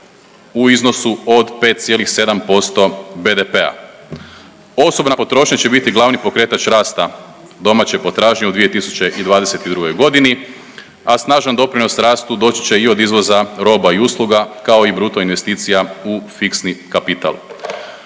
u iznosu od 5,7% BDP-a. Osobna potrošnja će biti glavni pokretač rasta domaće potražnje u 2022. godini, a snažan doprinos rastu doći će i od izvoza roba i usluga kao i bruto investicija u fiksni kapital.